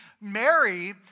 Mary